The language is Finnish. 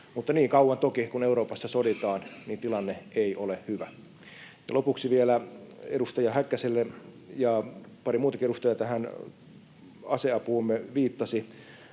toki niin kauan kun Euroopassa soditaan, tilanne ei ole hyvä. Lopuksi vielä edustaja Häkkäselle, ja pari muutakin edustajaa aseapuumme viittasi: